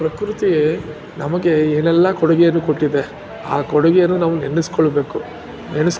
ಪ್ರಕೃತಿ ನಮಗೆ ಏನೆಲ್ಲಾ ಕೊಡುಗೆಯನ್ನು ಕೊಟ್ಟಿದೆ ಆ ಕೊಡುಗೆಯನ್ನು ನಾವು ನೆನೆಸ್ಕೊಳ್ಬೇಕು ನೆನಸು